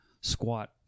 squat